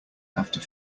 after